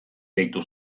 deitu